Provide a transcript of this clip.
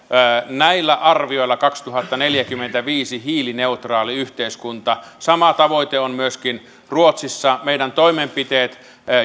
näillä arvioilla vuonna kaksituhattaneljäkymmentäviisi hiilineutraali yhteiskunta sama tavoite on myöskin ruotsissa meidän toimenpiteet